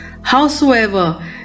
howsoever